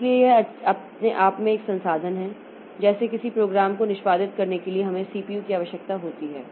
इसलिए यह अपने आप में एक संसाधन है जैसे किसी प्रोग्राम को निष्पादित करने के लिए हमें सीपीयू की आवश्यकता होती है